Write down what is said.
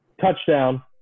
Touchdown